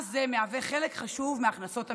מס זה מהווה חלק חשוב מהכנסות המדינה.